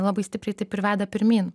labai stipriai taip ir veda pirmyn